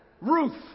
Ruth